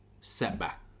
setback